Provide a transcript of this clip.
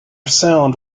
sound